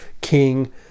king